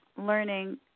learning